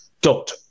dot